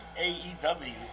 AEW